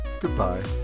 Goodbye